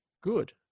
good